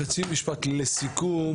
חצי משפט לסיכום.